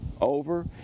over